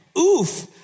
oof